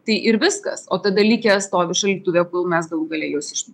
tai ir viskas o tada likę stovi šaldytuve kol mes galų gale juos išmetam